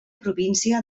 província